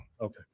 Okay